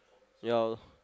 ya